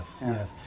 Yes